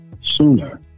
sooner